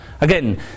Again